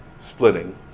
splitting